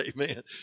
amen